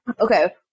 Okay